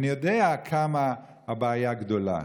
אני יודע כמה הבעיה הגדולה.